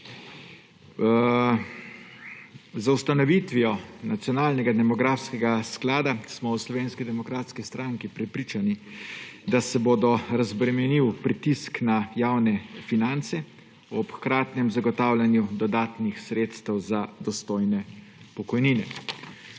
Z ustanovitvijo nacionalnega demografskega sklada, smo v Slovenski demokratski stranki prepričani, da se bo razbremenil pritisk na javne finance ob hkratnem zagotavljanju dodatnih sredstev za dostojne pokojnine.